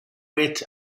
with